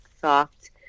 soft